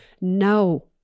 No